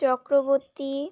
Chakraborty